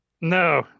No